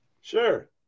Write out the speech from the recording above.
Sure